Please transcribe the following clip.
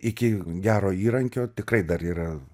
iki gero įrankio tikrai dar yra